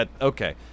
okay